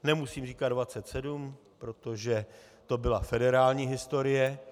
Nemusím říkat dvacet sedm, protože to byla federální historie.